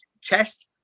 chest